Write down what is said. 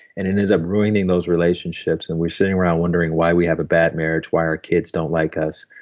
and it ends up ruining those relationships and we're sitting around wondering why we have a bad marriage, why our kids don't like us,